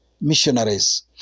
Missionaries